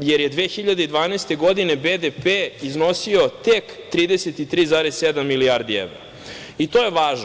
jer je 2012. godine BDP iznosio tek 33,7 milijardi evra i to je važno.